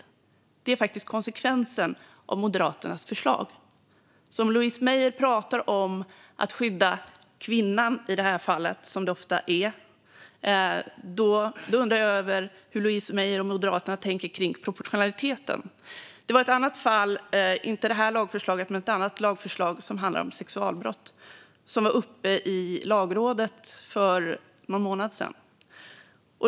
Det är faktiskt konsekvensen av Moderaternas förslag. Louise Meijer pratar i det här fallet om att skydda kvinnan, som det ofta är. Då undrar jag över hur Louise Meijer och Moderaterna tänker kring proportionaliteten. Ett annat lagförslag, som handlar om sexualbrott, var uppe i Lagrådet för någon månad sedan.